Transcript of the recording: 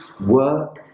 work